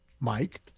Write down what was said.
Mike